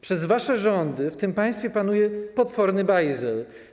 Przez wasze rządy w tym państwie panuje potworny bajzel.